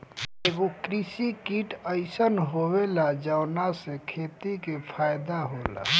एगो कृषि किट अइसन होएला जवना से खेती के फायदा होला